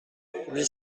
huit